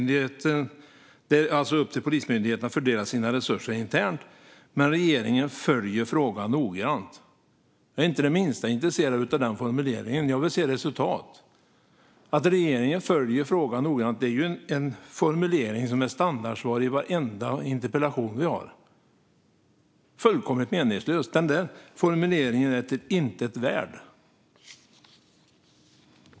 "Det är upp till Polismyndigheten att fördela sina resurser internt, men regeringen följer frågan noggrant." Jag är inte det minsta intresserad av den formuleringen. Jag vill se resultat. Att regeringen följer frågan noggrant är ett standardsvar i varenda interpellationsdebatt vi har här. Den formuleringen är fullkomligt meningslös och inget värd.